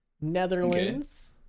Netherlands